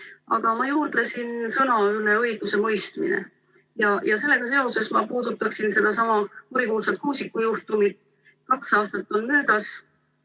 Aga ma juurdlesin sõna "õigusemõistmine" üle ja sellega seoses ma puudutaksin seda kurikuulsat Kuusiku juhtumit. Kaks aastat on möödas.